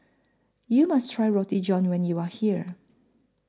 YOU must Try Roti John when YOU Are here